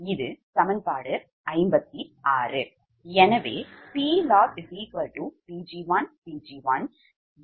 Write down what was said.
இது சமன்பாடு 56